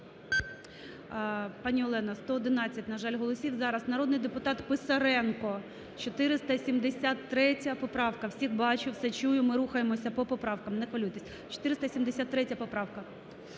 Пані Олена, 111, на жаль, голосів. Зараз народний депутат Писаренко 473 поправка. Всіх бачу, все чую, ми рухаємось по поправкам, не хвилюйтеся. 473 поправка.